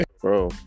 bro